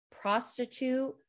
prostitute